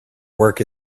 work